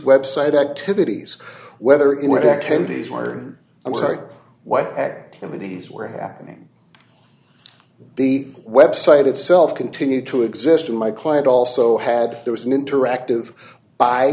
website activities whether in what activities where i'm sorry what activities were happening the website itself continued to exist in my client also had there was an interactive by